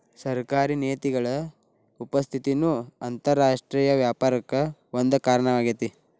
ಸರ್ಕಾರಿ ನೇತಿಗಳ ಉಪಸ್ಥಿತಿನೂ ಅಂತರರಾಷ್ಟ್ರೇಯ ವ್ಯಾಪಾರಕ್ಕ ಒಂದ ಕಾರಣವಾಗೇತಿ